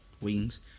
wings